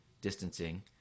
distancing